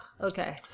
Okay